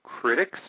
Critics